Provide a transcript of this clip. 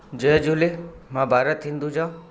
जय झूले मां भारत हिंदुजा